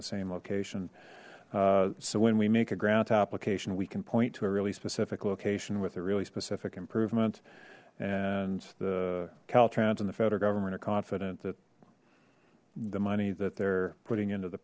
the same location so when we make a grant application we can point to a really specific location with a really specific improvement and the caltrans and the federal government are confident that the money that they're putting into the